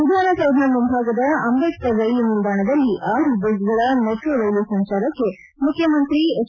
ವಿಧಾನಸೌಧ ಮುಂಭಾಗದ ಅಂಬೇಡ್ಕರ್ ರೈಲು ನಿಲ್ದಾಣದಲ್ಲಿ ಆರು ಬೋಗಿಗಳ ಮೆಟ್ರೋ ರೈಲು ಸಂಚಾರಕ್ಕೆ ಮುಖ್ಯಮಂತ್ರಿ ಎಚ್